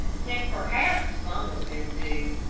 and perhaps some of them do.